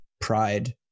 pride